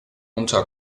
unter